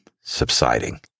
subsiding